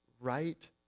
right